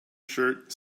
shirt